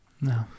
No